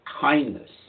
kindness